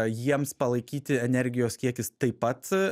jiems palaikyti energijos kiekis taip pat